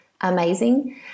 amazing